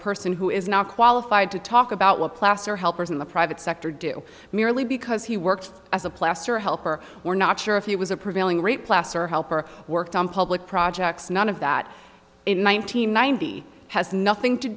person who is not qualified to talk about what class or helpers in the private sector do merely because he worked as a plaster helper we're not sure if he was a prevailing rate placer helper worked on public projects none of that in one thousand ninety has nothing to